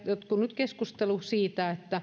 jatkunut keskustelu siitä